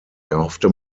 erhoffte